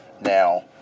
now